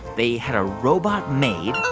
they had a robot maid oh,